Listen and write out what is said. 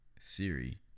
Siri